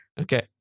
okay